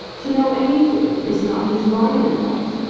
to know anything is not his line in life.